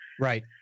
Right